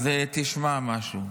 אז תשמע משהו,